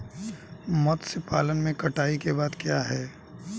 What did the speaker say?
मत्स्य पालन में कटाई के बाद क्या है?